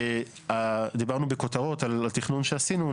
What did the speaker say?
דיברנו בכותרות על התכנון שעשינו.